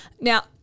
Now